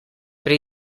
pri